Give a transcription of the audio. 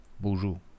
Bonjour